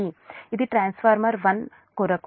ఇది ట్రాన్స్ఫార్మర్ 1 కొరకు ఇవ్వబడిన j0